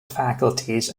faculties